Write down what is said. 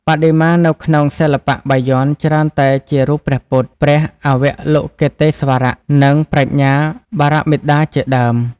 បដិមានៅក្នុងសិល្បៈបាយ័នច្រើនតែជារូបព្រះពុទ្ធ ព្រះអវលោកិតេស្វរ និងប្រាជ្ញាបារមិតាជាដើម ។